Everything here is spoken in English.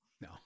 No